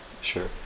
Sure